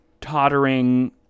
tottering